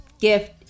gift